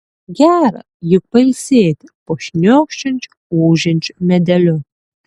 gera juk pailsėti po šniokščiančiu ūžiančiu medeliu